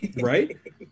Right